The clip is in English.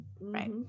right